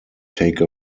take